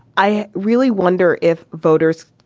i really wonder if voters.